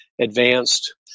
advanced